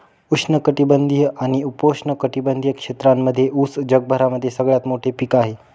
उष्ण कटिबंधीय आणि उपोष्ण कटिबंधीय क्षेत्रांमध्ये उस जगभरामध्ये सगळ्यात मोठे पीक आहे